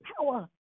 power